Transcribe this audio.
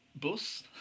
bus